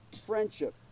friendship